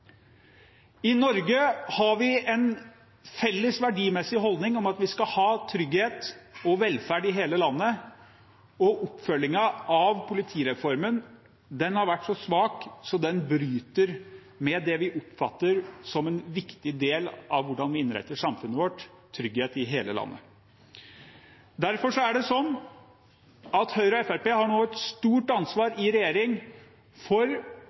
I Norge har vi en felles verdimessig holdning om at vi skal ha trygghet og velferd i hele landet. Oppfølgingen av politireformen har vært så svak at den bryter med det vi oppfatter som en viktig del av hvordan vi innretter samfunnet vårt: trygghet i hele landet. Derfor har Høyre og Fremskrittspartiet nå et stort ansvar i regjering for